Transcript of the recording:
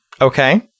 Okay